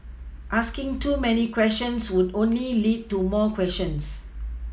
asking too many questions would only lead to more questions